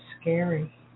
scary